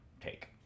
take